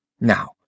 Now